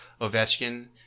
Ovechkin